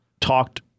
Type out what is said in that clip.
talked